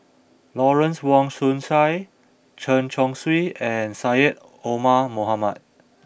Lawrence Wong Shyun Tsai Chen Chong Swee and Syed Omar Mohamed